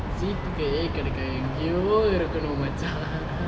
G_P A கிடைக்ரதுக்கு எங்கயோ இருக்கனும் மச்சான்:kidaikrathukku enggayoo irukkanum machan